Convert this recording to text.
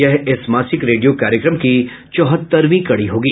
यह इस मासिक रेडियो कार्यक्रम की चौहत्तरवीं कड़ी होगी